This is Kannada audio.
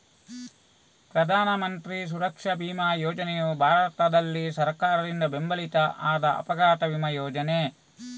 ಪ್ರಧಾನ ಮಂತ್ರಿ ಸುರಕ್ಷಾ ಬಿಮಾ ಯೋಜನೆಯು ಭಾರತದಲ್ಲಿ ಸರ್ಕಾರದಿಂದ ಬೆಂಬಲಿತ ಆದ ಅಪಘಾತ ವಿಮಾ ಯೋಜನೆ